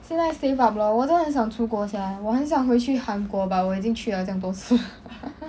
现在 save up lor 我都很想出国 sia 我很想回去韩国 but 我已经去了这样多次